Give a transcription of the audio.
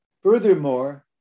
Furthermore